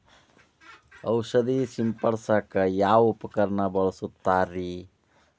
ಔಷಧಿ ಸಿಂಪಡಿಸಕ ಯಾವ ಉಪಕರಣ ಬಳಸುತ್ತಾರಿ?